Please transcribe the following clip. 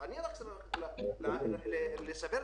אני למדתי כלכלה, לא צילום, אני מצטער.